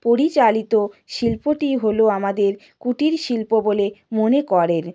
পরিচালিত শিল্পটি হলো আমাদের কুটির শিল্প বলে মনে করেন